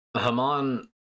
Haman